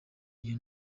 iyo